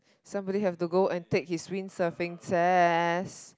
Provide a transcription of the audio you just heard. somebody have to go and take his windsurfing test